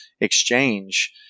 exchange